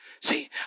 See